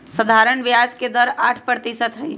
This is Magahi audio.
सधारण ब्याज के दर आठ परतिशत हई